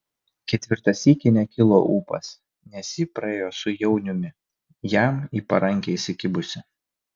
ketvirtą sykį nekilo ūpas nes ji praėjo su jauniumi jam į parankę įsikibusi